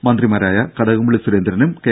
മന്ത്രിമാരായ കടകംപള്ളി സുരേന്ദ്രനും കെ